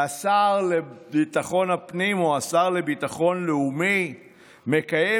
והשר לביטחון הפנים או השר לביטחון לאומי מקיים